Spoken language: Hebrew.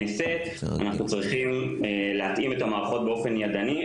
אנחנו צריכים להתאים את המערכות באופן ידני,